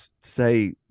say